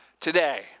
today